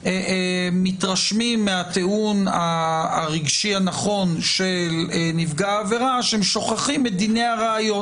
מתרשמים מהטיעון הרגשי הנכון של נפגע העבירה שהם שוכחים את דיני הראיות.